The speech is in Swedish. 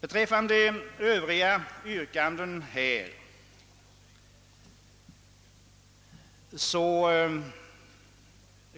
Beträffande övriga yrkanden